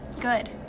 Good